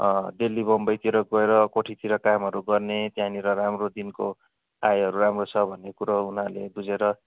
देल्ली बम्बईतिर गएर कोठीतिर कामहरू गर्ने त्यहाँनिर राम्रो दिनको आयहरू राम्रो छ भन्ने कुरो उनीहरूले बुझेर